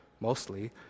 mostly